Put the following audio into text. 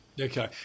Okay